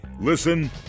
Listen